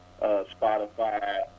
Spotify